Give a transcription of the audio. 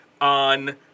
on